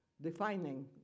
defining